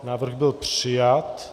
Návrh byl přijat.